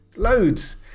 loads